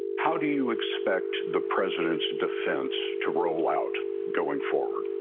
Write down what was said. how do you expect the president's defense to roll out going forward?